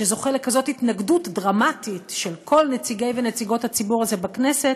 שזוכה לכזאת התנגדות דרמטית של כל נציגות ונציגי הציבור הזה בכנסת,